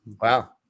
Wow